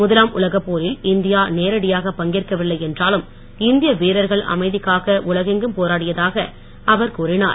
முதலாம் உலகப் போரில் இந்தியா நேரடியாக பங்கேற்கவில்லை என்றாலும் இந்திய வீரர்கள் அமைதிக்காக உலகெங்கும் போராடியதாக அவர் கூறினார்